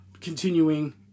continuing